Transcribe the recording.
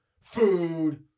food